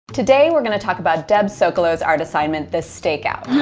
today, we're going to talk about deb sokolow's art assignment, the stakeout.